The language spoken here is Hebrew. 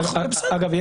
אגב,